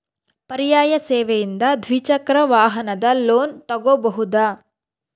ಪರ್ಯಾಯ ಸೇವೆಯಿಂದ ದ್ವಿಚಕ್ರ ವಾಹನದ ಲೋನ್ ತಗೋಬಹುದಾ?